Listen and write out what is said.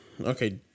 okay